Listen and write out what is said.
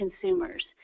consumers